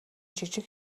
жижиг